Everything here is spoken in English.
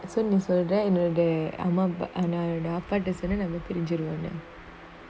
so it's all that என்னோடஅப்பாட்டசொன்னேன்நாமபிரிஞ்சிடுவோம்னு:ennoda appata sonnen nama pirinjiduvomnu